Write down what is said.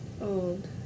old